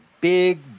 big